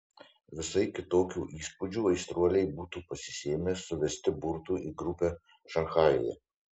visai kitokių įspūdžių aistruoliai būtų pasisėmę suvesti burtų į grupę šanchajuje